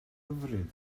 hyfryd